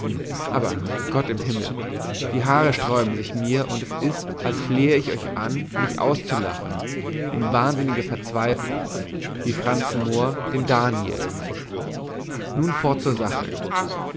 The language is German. aber gott im himmel die haare sträuben sich mir und es ist als flehe ich euch an mich auszulachen in wahnsinniger verzweiflung wie franz moor den daniel nun fort zur sache